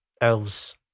elves